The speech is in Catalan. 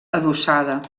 adossada